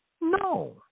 No